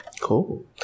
Cool